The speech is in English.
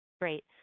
Great